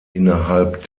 innerhalb